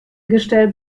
gestell